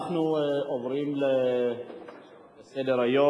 אנחנו עוברים לסדר-היום.